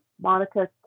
Monica